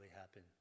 happen